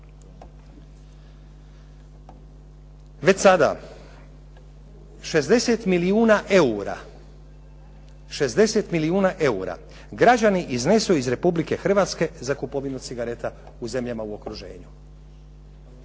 Već sada 60 milijuna eura građani iznesu iz Republike Hrvatske za kupovinu cigareta u zemljama u okruženju.